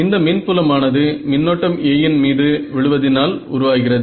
இந்த மின்புலம் ஆனது மின்னோட்டம் A இன் மீது விழுவதினால் உருவாகிறது